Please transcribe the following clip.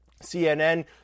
CNN